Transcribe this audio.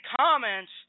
comments